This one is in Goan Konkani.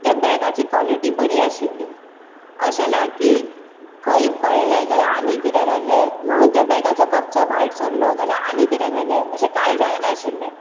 त्या बॅगाची कोलिटी बरी आशिल्ली अशें ना की खंयी पडलें जाल्यार आनी कितें जालें म्हणून त्या बॅगाचो कपचो भायर सरलो ना जाल्यार आनी कितें जालें अशें कांय जायनाशिल्लें